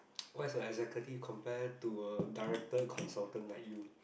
what's a executive compare to a director consultant that you